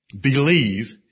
believe